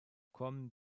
kommen